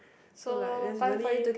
so like there's really